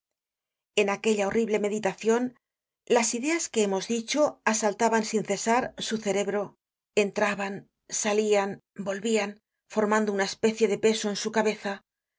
en aquella horrible meditacion las ideas que hemos dicho asaltaban sin cesar su cerebro entraban salian volvian formando una especie de peso en su cabeza